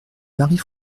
marie